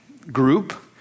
group